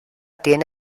tiene